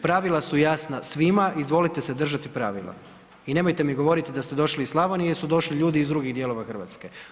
Pravila su jasna svima i izvolite se držati pravila i nemojte mi govoriti da ste došli iz Slavonije jer su došli ljudi i iz drugih dijelova RH.